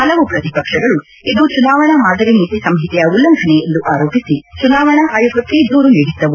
ಹಲವು ಪ್ರತಿಪಕ್ಷಗಳು ಇದು ಚುನಾವಣಾ ಮಾದರಿ ನೀತಿ ಸಂಹಿತೆಯ ಉಲ್ಲಂಘನೆ ಎಂದು ಆರೋಪಿಸಿ ಚುನಾವಣಾ ಆಯೋಗಕ್ಕೆ ದೂರು ನೀಡಿದ್ದವು